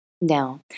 Now